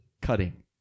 cutting